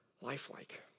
lifelike